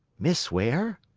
miss ware?